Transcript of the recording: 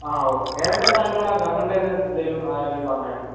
ആ ഓക്കെ ഏതൊക്കെ സ്ഥലങ്ങളാണ് കറങ്ങേണ്ടതെന്ന് എന്തെങ്കിലും ആരെങ്കിലും പറഞ്ഞിരുന്നോ